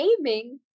aiming